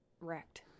wrecked